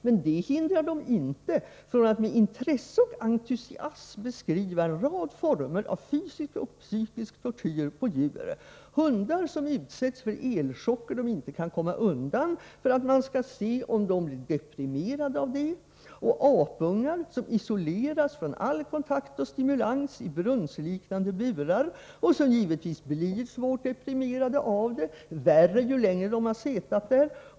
Men detta hindrar dem inte från att med intresse och entusiasm beskriva en rad former av fysisk och psykisk tortyr på djur — hundar som utsätts för elchocker de inte kan komma undan, för att man skall se om de blir deprimerade av det, och apungar som isoleras från all kontakt och stimulans i brunnsliknande burar och som givetvis blir svårt deprimerade av det, värre ju längre de har suttit där.